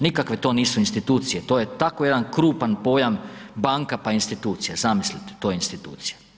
Nikakve to nisu institucije, to je tako jedan krupan pojam, banka pa institucija, zamislite, to institucija.